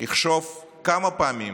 יחשוב כמה פעמים